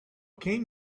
came